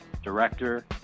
director